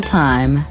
time